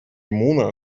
муна